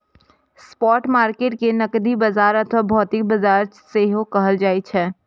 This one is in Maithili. स्पॉट मार्केट कें नकदी बाजार अथवा भौतिक बाजार सेहो कहल जाइ छै